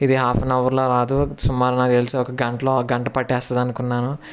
ఇది half an అవర్లో రాదు సుమారు నాకు తెలిసి ఒక గంటలో ఒక గంట పట్టేస్తుంది అనుకున్నాను